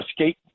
escape